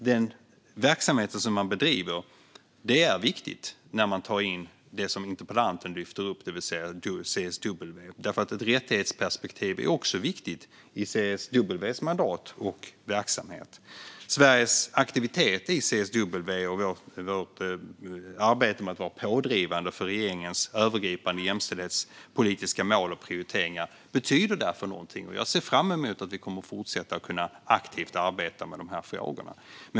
Den verksamhet som de bedriver är viktig när man tar in det som interpellanten lyfter upp, det vill säga CSW, för ett rättighetsperspektiv är också viktigt i CSW:s mandat och verksamhet. Sveriges aktivitet i CSW och vårt arbete med att vara pådrivande för regeringens övergripande jämställdhetspolitiska mål och prioriteringar betyder därför någonting, och jag ser fram emot att vi kommer att fortsätta att kunna arbeta aktivt med de här frågorna.